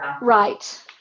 Right